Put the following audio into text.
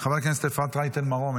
חברת הכנסת אפרת רייטן מרום,